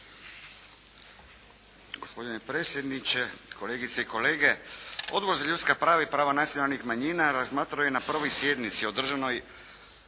Gospodine predsjedniče, kolegice i kolege! Odbor za ljudska prava i prava nacionalnih manjina razmatrao je na 1. sjednici održanoj